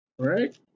Right